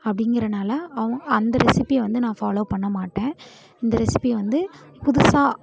அப்படிங்கிறனால அவங்க அந்த ரெசிப்பியை வந்து நான் ஃபாலோவ் பண்ண மாட்டேன் இந்த ரெசிப்பி வந்து புதுசாக